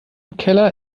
keller